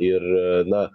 ir na